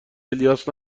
الیاس